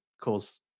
cause